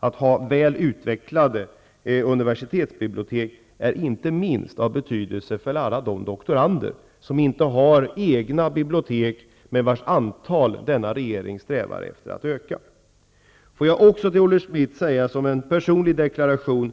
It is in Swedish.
Att ha väl utvecklade universitetsbibliotek är inte minst av betydelse för doktoranderna, vars antal denna regering strävar efter att öka. Jag vill också till Olle Schmidt göra en personlig deklaration.